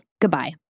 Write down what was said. Goodbye